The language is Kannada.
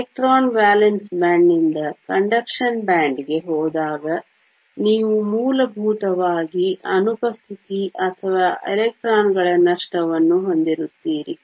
ಎಲೆಕ್ಟ್ರಾನ್ ವೇಲೆನ್ಸ್ ಬ್ಯಾಂಡ್ನಿಂದ ವಾಹಕ ಬ್ಯಾಂಡ್ಗೆ ಹೋದಾಗ ನೀವು ಮೂಲಭೂತವಾಗಿ ಅನುಪಸ್ಥಿತಿ ಅಥವಾ ಎಲೆಕ್ಟ್ರಾನ್ಗಳ ನಷ್ಟವನ್ನು ಹೊಂದಿರುತ್ತೀರಿ